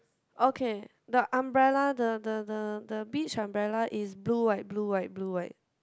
okay the umbrella the the the the beach umbrella is blue white blue white blue white